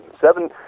Seven